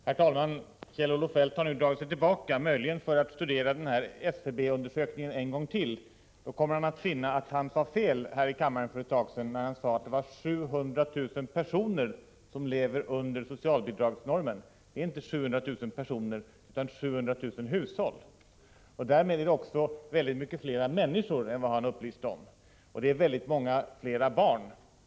Herr talman! Kjell-Olof Feldt har nu dragit sig tillbaka, möjligen för att studera SCB-undersökningen en gång till. Då kommer han att finna att han sade fel i kammaren för ett tag sedan när han hävdade att det är 700 000 personer som lever under socialbidragsnormen. Det är inte 700 000 personer utan 700 000 hushåll. Därmed är det mycket fler människor än han upplyste om, och det är många fler barn.